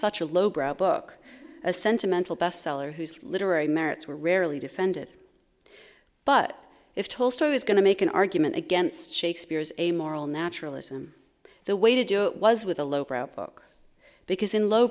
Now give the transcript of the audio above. such a low brow book a sentimental bestseller whose literary merits were rarely defended but if tolstoy is going to make an argument against shakespeare's a moral naturalism the way to do it was with a low brow book because in low